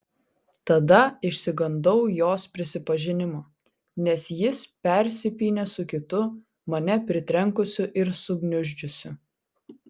tada išsigandau jos prisipažinimo nes jis persipynė su kitu mane pritrenkusiu ir sugniuždžiusiu